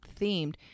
themed